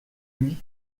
lui